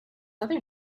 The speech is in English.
other